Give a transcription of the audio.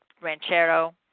ranchero